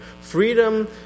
Freedom